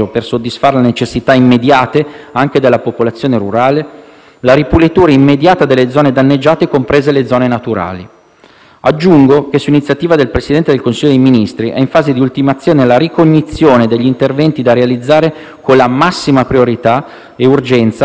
la ripulitura immediata delle zone danneggiate, comprese le zone naturali. Aggiungo che su iniziativa del Presidente del Consiglio dei ministri, è in fase di ultimazione la ricognizione degli interventi da realizzare con la massima priorità e urgenza al fine di combattere il fenomeno del dissesto idrogeologico